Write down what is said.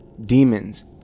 demons